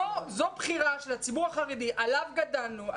זו הבחירה של הציבור החרדי שעליו גדלנו,